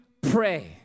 pray